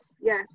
yes